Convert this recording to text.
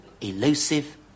elusive